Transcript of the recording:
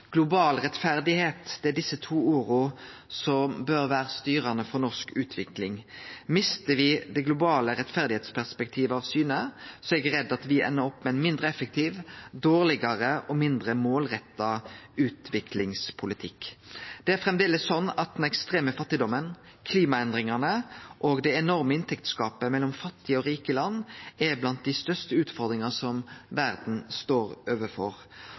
Global rettferd – det er desse to orda som bør vere styrande for norsk utvikling. Mister me det globale rettferdsperspektivet av syne, er eg redd for at me endar opp med ein mindre effektiv, dårlegare og mindre målretta utviklingspolitikk. Det er framleis slik at den ekstreme fattigdomen, klimaendringane og det enorme inntektsgapet mellom fattige og rike land er blant dei største utfordringane verda står overfor.